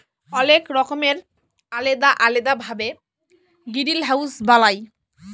অলেক রকমের আলেদা আলেদা ভাবে গিরিলহাউজ বালায়